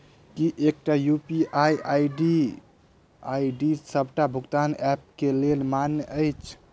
की एकटा UPI ID D सबटा भुगतान ऐप केँ लेल मान्य अछि?